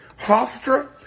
Hofstra